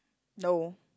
no